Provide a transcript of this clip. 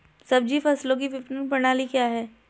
सब्जी फसलों की विपणन प्रणाली क्या है?